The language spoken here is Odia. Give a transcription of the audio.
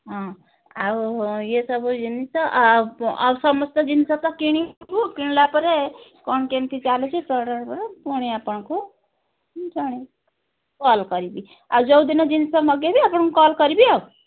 ହଁ ଆଉ ଇଏ ସବୁ ଜିନିଷ ଆଉ ଆଉ ସମସ୍ତ ଜିନିଷ ତ କିଣିବୁ କିଣିଲା ପରେ କ'ଣ କେମିତି ଚାଲିଛି ପୁଣି ଆପଣଙ୍କୁ ଜଣାଇବୁ କଲ୍ କରିବି ଆଉ ଯେଉଁ ଦିନ ଜିନିଷ ମଗାଇବି ଆପଣଙ୍କୁ କଲ୍ କରିବି ଆଉ